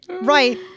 right